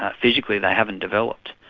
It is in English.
ah physically they haven't developed.